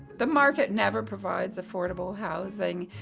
the market never provides affordable housing.